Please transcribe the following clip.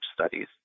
studies